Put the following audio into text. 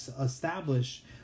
establish